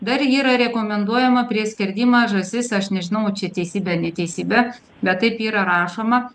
dar yra rekomenduojama prieš skerdimą žąsis aš nežinau čia teisybė ar neteisybė bet taip yra rašoma